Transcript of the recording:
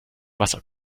wasser